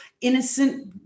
innocent